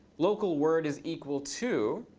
local word is equal to,